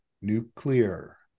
nuclear